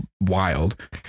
wild